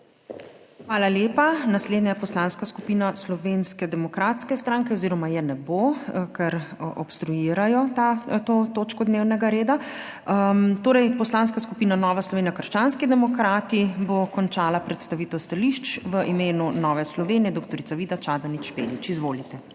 Hvala lepa. Naslednja poslanska skupina Slovenske demokratske stranke oziroma je ne bo, ker obstruirajo to točko dnevnega reda. Torej Poslanska skupina Nova Slovenija - krščanski demokrati bo končala predstavitev stališč v imenu Nove Slovenije dr. Vida Čadonič Špelič. Izvolite.